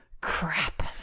Crap